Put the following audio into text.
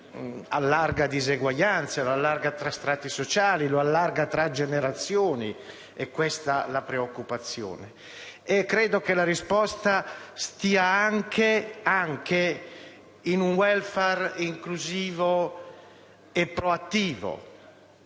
allarga le diseguaglianze tra strati sociali e tra generazioni: è questa la nostra preoccupazione. Credo che la risposta stia anche in un *welfare* inclusivo e proattivo.